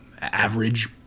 average